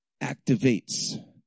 activates